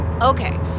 Okay